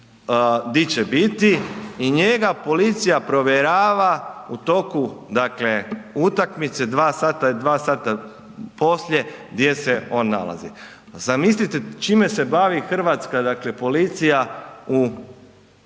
di će biti i njega policija provjerava u toku utakmice 2 sata i 2 sata poslije gdje se on nalazi. Zamislite čime se bavi hrvatska dakle policija u